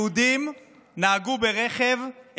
יהודים נהגו ברכב,